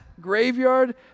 graveyard